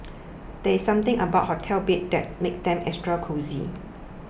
there's something about hotel beds that makes them extra cosy